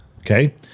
okay